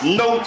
no